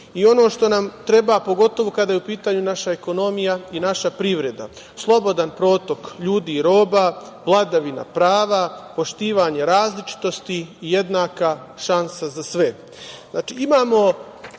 što nam treba, pogotovo kada je u pitanju naša ekonomija i naša privreda je slobodan protok ljudi i roba, vladavina prava, poštovanje različitosti i jednaka šansa za